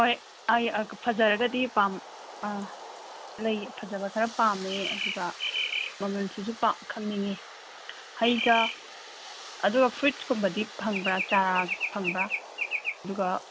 ꯍꯣꯏ ꯑꯩ ꯐꯖꯔꯒꯗꯤ ꯑꯥ ꯂꯩ ꯐꯖꯕ ꯈꯔ ꯄꯥꯝꯃꯦ ꯑꯗꯨꯒ ꯃꯃꯜꯁꯤꯁꯨ ꯈꯪꯅꯤꯡꯏ ꯍꯩꯒ ꯑꯗꯨꯒ ꯐ꯭ꯔꯨꯏꯁ ꯀꯨꯝꯕꯗꯤ ꯐꯪꯕ꯭ꯔ ꯆꯥꯔ ꯐꯪꯕ꯭ꯔ ꯑꯗꯨꯒ